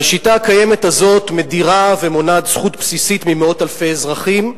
והשיטה הקיימת הזאת מדירה ומונעת זכות בסיסית ממאות אלפי אזרחים,